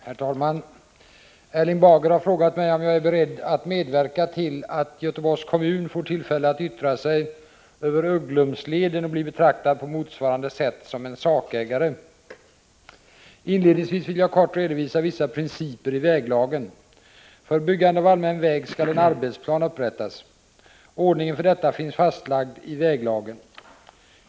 Herr talman! Erling Bager har frågat mig om jag är beredd att medverka till att Göteborgs kommun får tillfälle att yttra sig över Ugglumsleden och bli betraktad på motsvarande sätt som en sakägare. Inledningsvis vill jag kort redovisa vissa principer i väglagen. För byggande av en allmän väg skall en arbetsplan upprättas. Ordningen för detta finns fastlagd i väglagen.